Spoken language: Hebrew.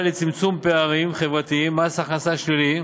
לצמצום פערים חברתיים (מס הכנסה שלילי),